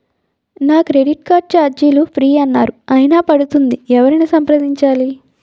నా credit card ఛార్జీలు free అన్నారు అయినా పడుతుంది ఎవరిని సంప్రదించాలి?